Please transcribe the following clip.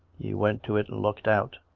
he went to it and looked out.